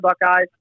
Buckeyes